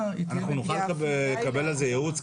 היא תהיה --- אנחנו נוכל לקבל על זה ייעוץ?